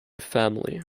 family